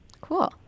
Cool